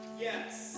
Yes